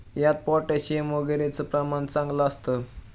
यात पोटॅशियम वगैरेचं प्रमाण चांगलं असतं